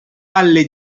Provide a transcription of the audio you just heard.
alle